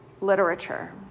literature